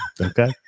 Okay